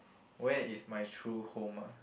where is my true home ah